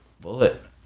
bullet